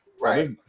right